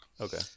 Okay